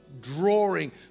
drawing